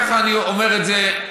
כך אני אומר את זה,